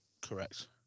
Correct